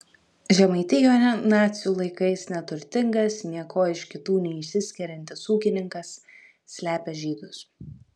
žemaitijoje nacių laikais neturtingas niekuo iš kitų neišsiskiriantis ūkininkas slepia žydus